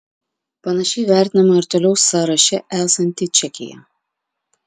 panašiai vertinama ir toliau sąraše esanti čekija